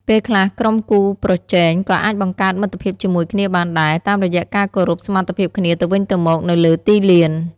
ពេលខ្លះ ក្រុមគូប្រជែងក៏អាចបង្កើតមិត្តភាពជាមួយគ្នាបានដែរ តាមរយៈការគោរពសមត្ថភាពគ្នាទៅវិញទៅមកនៅលើទីលាន។